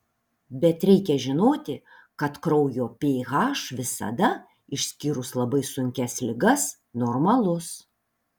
bet reikia žinoti kad kraujo ph visada išskyrus labai sunkias ligas normalus